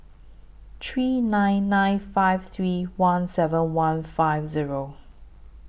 three nine nine five three one seven one five Zero